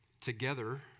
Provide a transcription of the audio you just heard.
together